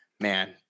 man